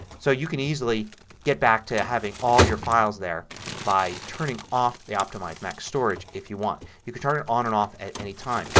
so you can easily get back to having all your files there by turning off the optimize mac storage if you want. you can turn it on and off at any time.